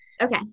Okay